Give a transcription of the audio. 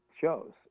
shows